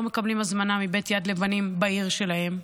מקבלים הזמנה מבית יד לבנים בעיר שלהם,